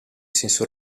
senso